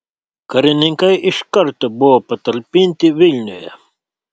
karininkai iš karto buvo patalpinti vilniuje